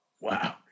Wow